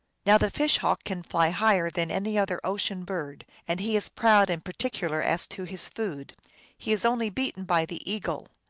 now the fish-hawk can fly higher than any other ocean bird, and he is proud and particular as to his food he is only beaten by the eagle.